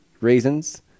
reasons